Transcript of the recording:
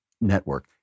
network